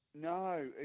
No